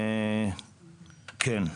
כן.